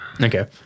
Okay